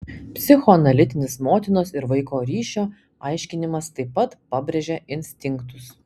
psichoanalitinis motinos ir vaiko ryšio aiškinimas taip pat pabrėžia instinktus